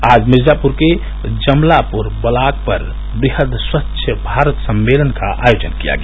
आज मिर्जापुर के जमलापुर ब्लॉक पर बृहद स्वच्छ भारत सम्मेलन का आयोजन किया गया